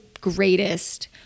greatest